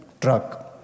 truck